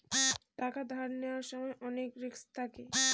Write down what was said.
টাকা ধার নেওয়ার সময় অনেক রিস্ক থাকে